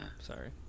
Sorry